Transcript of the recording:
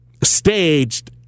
staged